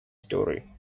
story